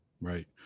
right